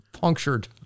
punctured